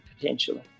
potentially